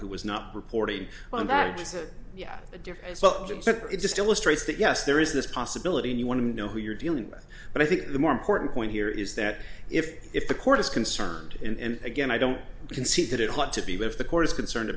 who was not reporting on that as of yet to differ as well so it just illustrates that yes there is this possibility and you want to know who you're dealing with but i think the more important point here is that if if the court is concerned and again i don't concede that it ought to be left the court is concerned